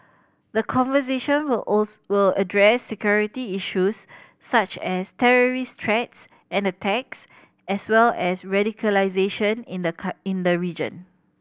the conversation will will address security issues such as terrorist threats and attacks as well as radicalisation in the in the region